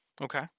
Okay